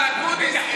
השר אקוניס,